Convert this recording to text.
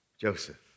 Joseph